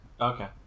Okay